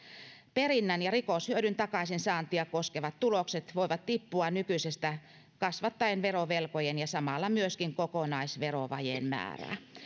perinnän ja rikoshyödyn takaisinsaantia koskevat tulokset voivat tippua nykyisestä kasvattaen verovelkojen ja samalla myöskin kokonaisverovajeen määrää